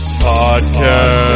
podcast